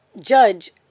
judge